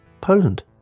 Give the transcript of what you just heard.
poland